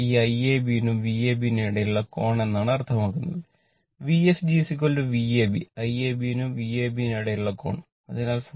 7 4